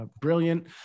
brilliant